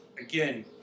Again